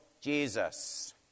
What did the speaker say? Jesus